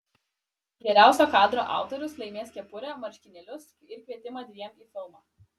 geriausio kadro autorius laimės kepurę marškinėlius ir kvietimą dviem į filmą